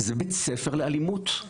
זה בית ספר לאלימות.